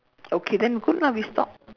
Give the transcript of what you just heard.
okay then good lah we stop